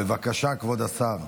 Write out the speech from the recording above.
בבקשה, כבוד השר.